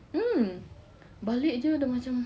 mm balik jer dah macam